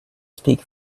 speak